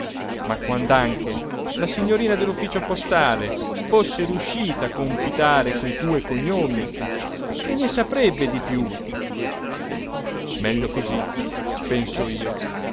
ricevevano ma quand'anche la signorina dell'ufficio postale fosse riuscita a compitare quei due cognomi che se ne saprebbe di più meglio così penso io